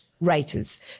Writers